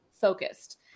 focused